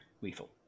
Lethal